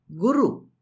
Guru